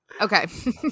Okay